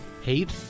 hate